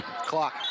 Clock